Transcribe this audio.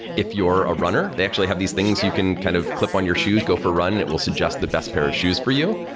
if you're a runner, they actually have these things you can kind of clip on your shoes, go for run. it will suggest the best pair of shoes for you.